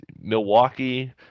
Milwaukee